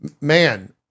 man